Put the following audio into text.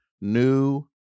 New